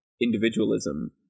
individualism